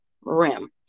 rim